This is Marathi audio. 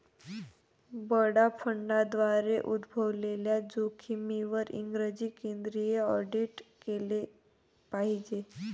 बडा फंडांद्वारे उद्भवलेल्या जोखमींवर इंग्रजी केंद्रित ऑडिट केले पाहिजे